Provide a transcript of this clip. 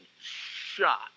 shot